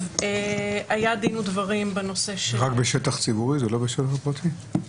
זה רק בשטח ציבורי ולא בשטח פרטי?